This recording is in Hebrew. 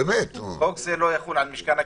ב-37(ב) כתוב: חוק זה לא יחול על משכן הכנסת,